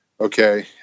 Okay